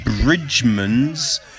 Bridgman's